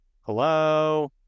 hello